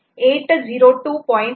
11 standard Wi Fi protocol 802